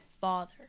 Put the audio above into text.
Father